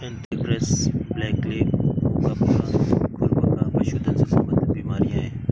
anthrax, blackleg, मुंह पका, खुर पका पशुधन से संबंधित बीमारियां हैं